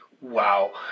Wow